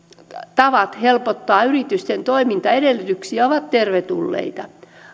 tavat helpottaa yritysten toimintaedellytyksiä ovat tervetulleita